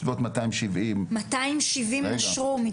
מאתיים שבעים נשרו?